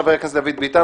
חבר הכנסת דוד ביטן,